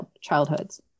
childhoods